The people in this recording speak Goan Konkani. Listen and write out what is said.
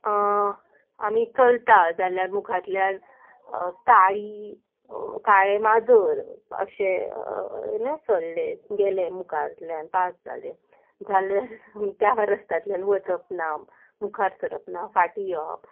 आमी चलता जाल्यार मुखांतल्यान काळी काळें माजर अशें सरलें गेलें मुखारांतल्यान पास जालें जाल्यार त्या रस्त्यांतल्यान वचप ना मुखार सरप ना फाटीं येवप